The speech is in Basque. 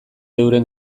euren